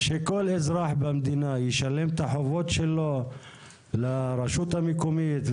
שכל אזרח במדינה ישלם את החובות שלו לרשות המקומית,